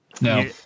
No